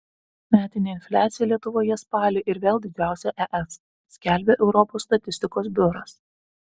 metinė infliacija lietuvoje spalį ir vėl didžiausia es skelbia europos statistikos biuras